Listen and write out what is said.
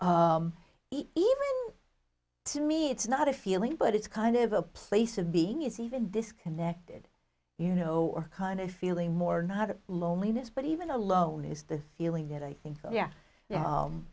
even to me it's not a feeling but it's kind of a place of being is even disconnected you know or kind of feeling more not of loneliness but even alone is the feeling that i think oh yeah yeah